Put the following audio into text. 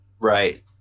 Right